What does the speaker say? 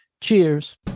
Cheers